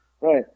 Right